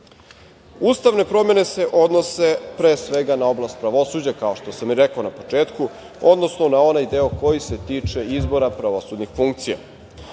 organi. Ustavne promene se odnose pre svega na oblast pravosuđa, kao što sam i rekao na početku, odnosno na onaj deo koji se tiče izbora pravosudnih funkcija.